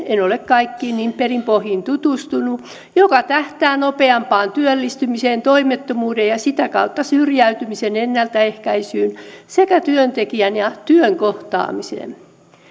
en ole kaikkiin niin perin pohjin tutustunut joka tähtää nopeampaan työllistymiseen toimettomuuden ja ja sitä kautta syrjäytymisen ennaltaehkäisyyn sekä työntekijän ja työn kohtaamiseen